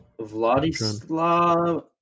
Vladislav